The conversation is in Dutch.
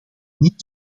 niet